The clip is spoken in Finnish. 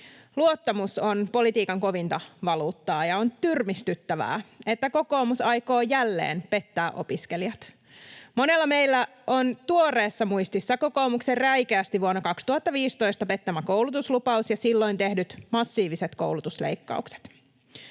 Luottamus on politiikan kovinta valuuttaa, ja on tyrmistyttävää, että kokoomus aikoo jälleen pettää opiskelijat. Monella meillä ovat tuoreessa muistissa kokoomuksen räikeästi vuonna 2015 pettämä koulutuslupaus ja silloin tehdyt massiiviset koulutusleikkaukset.